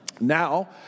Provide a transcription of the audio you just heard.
Now